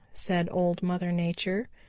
said old mother nature.